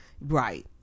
right